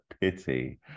pity